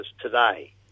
today